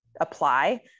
apply